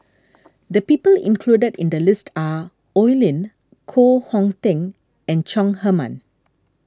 the people included in the list are Oi Lin Koh Hong Teng and Chong Heman